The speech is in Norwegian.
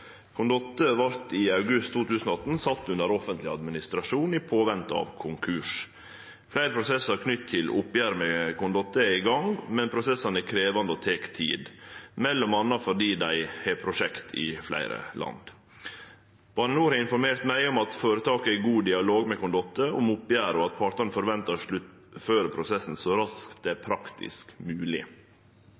vart i august 2018 sett under offentleg administrasjon i påvente av konkurs. Fleire prosessar knytte til oppgjeret med Condotte er i gang, men prosessane er krevjande og tek tid, m.a. fordi dei har prosjekt i fleire land. Bane NOR har informert meg om at føretaket er i god dialog med Condotte om oppgjeret, og at partane forventar å sluttføre prosessen så raskt det er praktisk